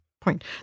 point